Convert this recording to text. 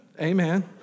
Amen